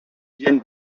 viennent